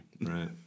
Right